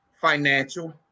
financial